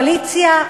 הקואליציה,